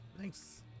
Thanks